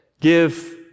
give